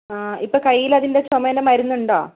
ആ ഇപ്പോൾ കയ്യിലതിൻ്റെ ചുമേൻ്റെ മരുന്നുണ്ടോ